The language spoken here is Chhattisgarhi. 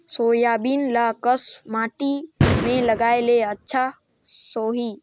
सोयाबीन ल कस माटी मे लगाय ले अच्छा सोही?